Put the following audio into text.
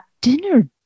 dinner